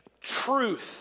truth